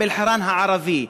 אום-אלחיראן הערבי,